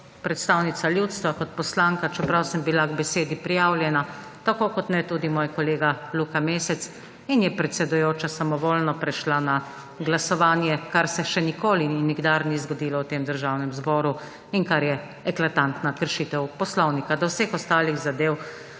predstavnica ljudstva, kot poslanka, čeprav sem bila k besedi prijavljena, tako kot ne tudi moj kolega Luka Mesec in je predsedujoča samovoljno prešla na glasovanje, kar se še nikoli in nikdar ni zgodilo v tem Državnem zboru in kar je eklatantna kršitev Poslovnika, da vseh ostalih zadev